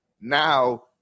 Now